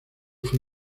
fue